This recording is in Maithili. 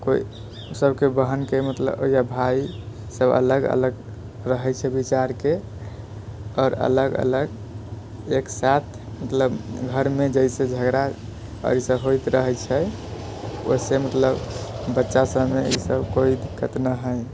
कोइ सभके बहनके मतलब या भाइसभ अलग अलग रहैत छै विचारके आओर अलग अलग एक साथ मतलब घरमे जाहिसँ झगड़ा होइत रहैत छै ओहिसँ मतलब बच्चासभमे ईसभ कोइ दिक्कत नहि हइ